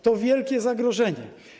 To wielkie zagrożenie.